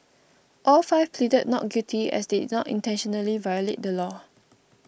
all five pleaded not guilty as they did not intentionally violate the law